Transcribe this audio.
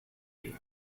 you